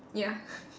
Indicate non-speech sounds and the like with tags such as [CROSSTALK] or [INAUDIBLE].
ya [LAUGHS]